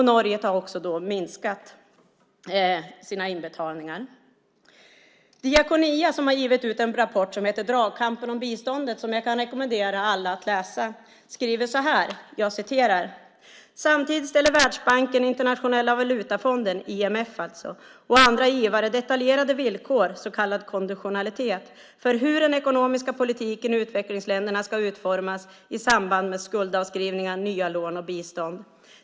Norge har också minskat sina inbetalningar. Diakonia, som har gett ut en rapport som heter Dragkampen om biståndet , som jag kan rekommendera alla att läsa, skriver så här: Samtidigt ställer Världsbanken, Internationella Valutafonden, IMF alltså, och andra givare detaljerade villkor, så kallad konditionalitet, för hur den ekonomiska politiken i utvecklingsländerna ska utformas i samband med skuldavskrivningar, nya lån och bistånd.